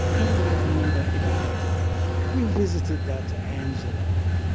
angela was a member for decades you visited that, angelo.